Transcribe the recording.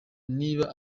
niba